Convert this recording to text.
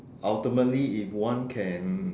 ultimately if one can